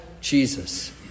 Jesus